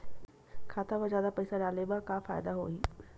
खाता मा जादा पईसा डाले मा का फ़ायदा होही?